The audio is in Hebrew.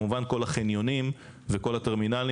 וכמובן כל החניונים וכל הטרמינלים